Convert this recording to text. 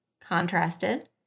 contrasted